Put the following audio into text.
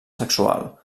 sexual